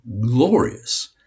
glorious